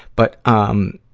but, um,